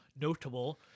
notable